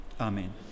amen